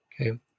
Okay